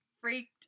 freaked